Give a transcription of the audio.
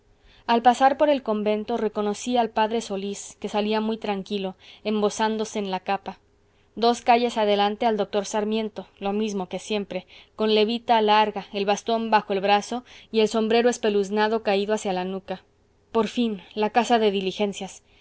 al pasar por el convento reconocí al p solis que sabía muy tranquilo embozándose en la capa dos calles adelante al doctor sarmiento lo mismo que siempre con levita larga el bastón bajo el brazo y el sombrero espeluznado caído hacia la nuca por fin la casa de diligencias